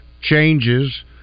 changes